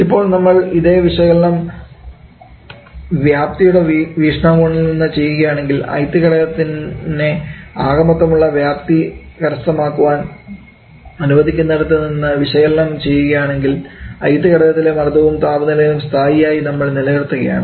ഇപ്പോൾ നമ്മൾ ഇതേ വിശകലനം വ്യാപ്തിയുടെ വീക്ഷണകോണിൽ നിന്ന് ചെയ്യുകയാണെങ്കിൽ ith ഘടകത്തിനെ ആകെമൊത്തം ഉള്ള വ്യാപ്തി കരസ്ഥമാക്കുവാൻ അനുവദിക്കുന്നിടത്ത് നിന്ന് വിശകലനം ചെയ്യുകയാണെങ്കിൽ ith ഘടകത്തിലെ മർദ്ദവും താപനിലയും സ്ഥായിയായി നമ്മൾ നിലനിർത്തുകയാണ്